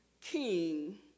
king